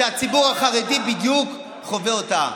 כי הציבור החרדי חווה אותה.